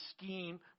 scheme